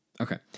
okay